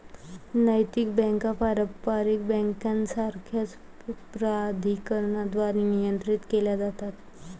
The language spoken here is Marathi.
नैतिक बँका पारंपारिक बँकांसारख्याच प्राधिकरणांद्वारे नियंत्रित केल्या जातात